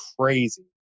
crazy